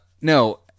No